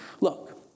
Look